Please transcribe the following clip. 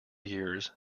years